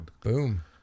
Boom